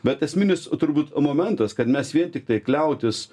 bet esminis turbūt momentas kad mes vien tiktai kliautis